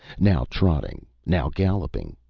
now trotting, now galloping,